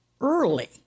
early